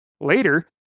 Later